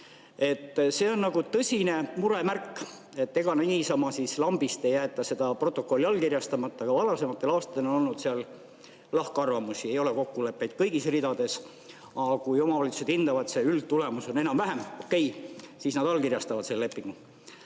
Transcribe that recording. See on tõsine muremärk, ega niisama lambist ei jäeta seda protokolli allkirjastamata. Ka varasematel aastatel on olnud lahkarvamusi, ei ole olnud kokkuleppeid kõigis ridades. Kui omavalitsused hindavad ja see üldtulemus on enam-vähem okei, siis nad allkirjastavad selle lepingu.